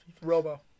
Robo